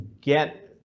get